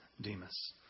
Demas